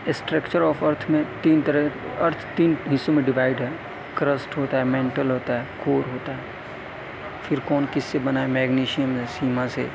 structure of earth میں تین طرح ارتھ تین حصوں میں ڈیوائڈ ہے کرسٹ ہوتا ہے مینٹل ہوتا ہے کور ہوتا ہے پھر کون کس سے بنا میگنیشیم سے سیما سے